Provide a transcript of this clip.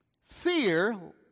Fear